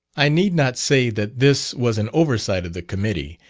i need not say that this was an oversight of the committee,